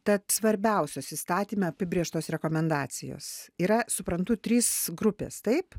tad svarbiausios įstatyme apibrėžtos rekomendacijos yra suprantu trys grupės taip